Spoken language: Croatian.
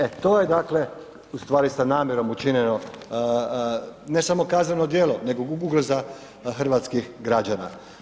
E, to je dakle, u stvari sa namjerom učinjeno, ne samo kazneno djelo nego ugroza hrvatskih građana.